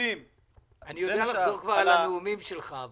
אני כבר יודע לחזור על הנאומים שלך.